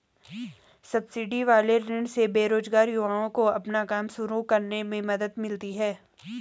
subsidy वाले ऋण से बेरोजगार युवाओं को अपना काम शुरू करने में मदद मिलती है